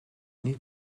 niet